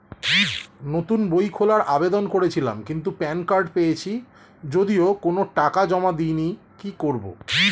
নতুন বই খোলার আবেদন করেছিলাম কিন্তু প্যান কার্ড পেয়েছি যদিও কোনো টাকা জমা দিইনি কি করব?